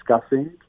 discussing